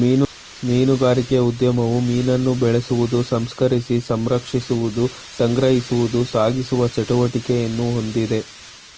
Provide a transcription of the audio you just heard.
ಮೀನುಗಾರಿಕೆ ಉದ್ಯಮವು ಮೀನನ್ನು ಬೆಳೆಸುವುದು ಸಂಸ್ಕರಿಸಿ ಸಂರಕ್ಷಿಸುವುದು ಸಂಗ್ರಹಿಸುವುದು ಸಾಗಿಸುವ ಚಟುವಟಿಕೆಯನ್ನು ಹೊಂದಿದೆ